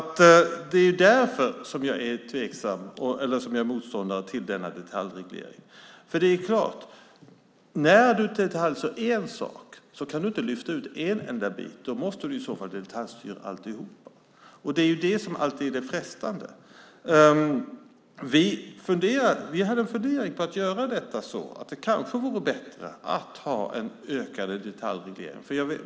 Det är därför jag är motståndare till denna detaljreglering. När man detaljstyr något kan man inte lyfta ut enskilda saker, utan i så fall måste man detaljstyra alltihop. Det är alltid frestande att göra så. Vi funderade på om det kanske skulle vara bättre med en ökad detaljreglering.